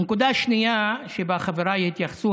הנקודה השנייה שאליה חבריי התייחסו,